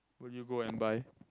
will you go and buy